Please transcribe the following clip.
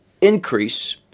increase